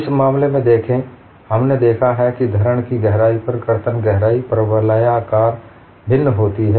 इस मामले में देखें हमने देखा है कि धरण की गहराई पर कर्तन गहराई परवलयाकार भिन्न होती है